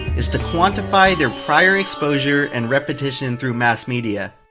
is to quantify their prior exposure and repetition through mass media.